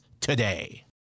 today